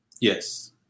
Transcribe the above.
Yes